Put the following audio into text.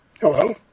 Hello